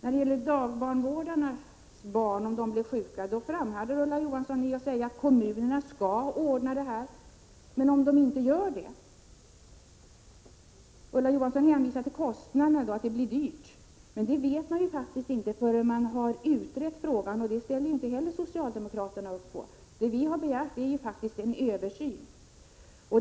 Om dagbarnvårdarnas barn blir sjuka skall — det framhärdar Ulla Johansson —- kommunerna ordna hjälp. Men vad händer om de inte gör det? Ulla Johansson hänvisar till kostnaderna och säger att det blir dyrt. Men det 117 vet man faktiskt inte förrän man har utrett frågan, och socialdemokraterna ställer inte upp på det heller. Det som vi har begärt är en översyn.